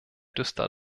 düster